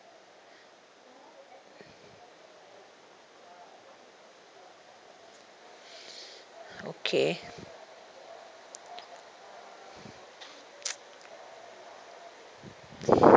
okay